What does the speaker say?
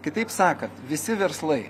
kitaip sakant visi verslai